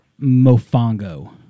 Mofongo